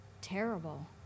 terrible